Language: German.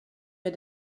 wir